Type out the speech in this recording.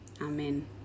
Amen